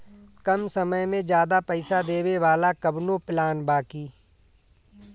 कम समय में ज्यादा पइसा देवे वाला कवनो प्लान बा की?